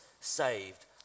saved